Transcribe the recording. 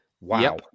Wow